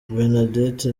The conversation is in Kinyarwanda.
bernadette